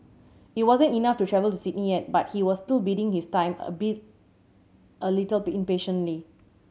it wasn't enough to travel to Sydney yet but he was still biding his time albeit a little impatiently